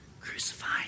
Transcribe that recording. Crucified